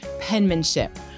penmanship